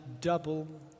double